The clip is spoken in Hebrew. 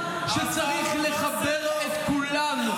שצריך לחבר את כולנו.